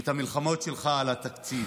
ואת המלחמות שלך על התקציב.